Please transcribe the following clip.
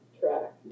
track